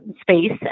space